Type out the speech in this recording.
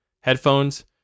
headphones